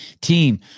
team